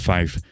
Five